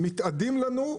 מתאדים לנו,